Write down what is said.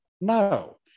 No